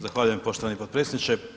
Zahvaljujem poštovani potpredsjedniče.